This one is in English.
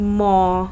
more